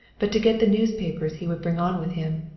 but to get the newspapers he would bring on with him.